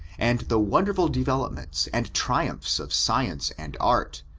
and the wonderful developments and triumphs of science and art,